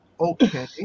Okay